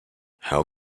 how